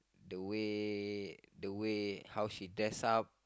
the way the way how she dress up